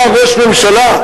אתה ראש הממשלה,